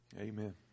Amen